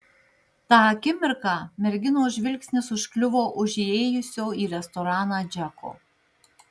tą akimirką merginos žvilgsnis užkliuvo už įėjusio į restoraną džeko